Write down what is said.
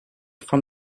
from